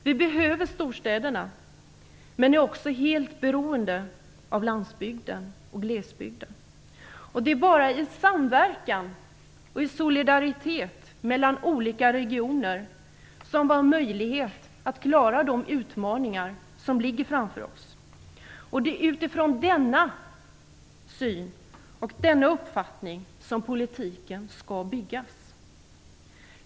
Vi behöver storstäderna, men är också helt beroende av landsbygden och glesbygden. Det är bara i samverkan och solidaritet mellan olika regioner som vi har möjlighet att klara de utmaningar som ligger framför oss. Det är utifrån denna syn och denna uppfattning som politiken skall byggas.